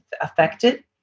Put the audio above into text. affected